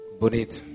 Bonito